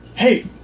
Hey